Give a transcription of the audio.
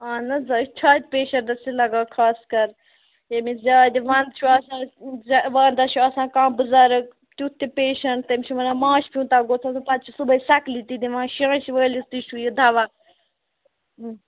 اَہَن حظ آ یہِ چھُ چھاتہِ پیشَنٛٹَس چھُ لَگان خاص کر ییٚمِس زیادٕ وَنٛدٕس چھُ آسان ونٛدس چھُ آسان کانٛہہ بُزَرٕگ تٮُ۪تھ تہِ پیشَنٛٹ تٔمِس چھُ وَنان مانٛچھ پیٛوٗنٛتاہ گوٚژھ آسُن پَتہٕ چھُ صُبحٲے سَکلی تہِ دِوان شٲنٛشہِ وٲلِس تہِ چھُ یہِ دَوا